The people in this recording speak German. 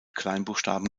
kleinbuchstaben